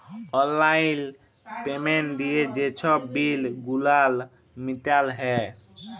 অললাইল পেমেল্ট দিঁয়ে যে ছব বিল গুলান মিটাল হ্যয়